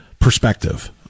perspective